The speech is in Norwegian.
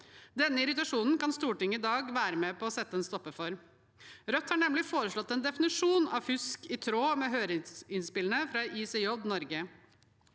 Denne irritasjonen kan Stortinget i dag være med på å sette en stopper for. Rødt har nemlig foreslått en definisjon av fusk i tråd med høringsinnspillet fra ICJ-Norge.